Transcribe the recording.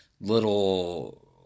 little